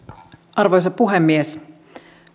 arvoisa puhemies